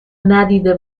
ندیده